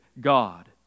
God